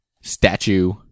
statue